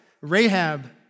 Rahab